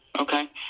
okay